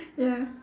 ya